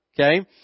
okay